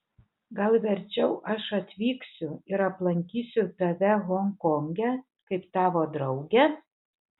gal verčiau aš atvyksiu ir aplankysiu tave honkonge kaip tavo draugė